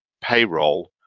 payroll